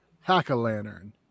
Hack-A-Lantern